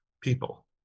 people